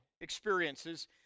experiences